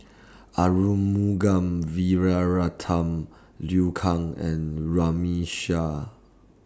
Arumugam Liu Kang and Runme Shaw